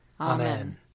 Amen